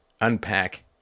unpack